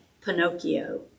Pinocchio